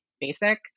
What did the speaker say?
basic